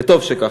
וטוב שכך.